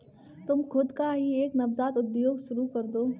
तुम खुद का ही एक नवजात उद्योग शुरू करदो